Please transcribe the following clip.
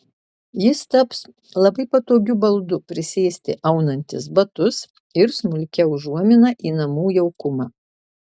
jis taps labai patogiu baldu prisėsti aunantis batus ir smulkia užuomina į namų jaukumą